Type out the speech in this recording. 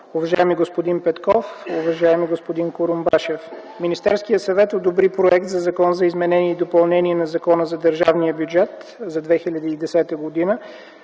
уважаеми господин Петков, уважаеми господин Курумбашев! Министерският съвет одобри проект на Закон за изменение и допълнение на Закона за държавния бюджет за 2010 г.,